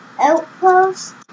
Outpost